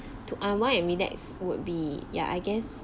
to unwind and relax would be yeah I guess